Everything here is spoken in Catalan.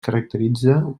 caracteritza